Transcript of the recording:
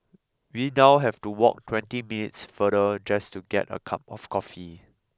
we now have to walk twenty minutes farther just to get a cup of coffee